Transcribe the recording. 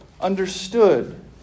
understood